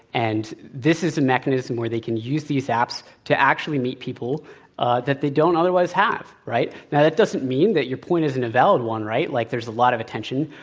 and this is a mechanism where they can use these apps to actually meet people ah that they don't otherwise have, right? now, that doesn't mean that your point isn't a valid one, right? like there's a lot of attention.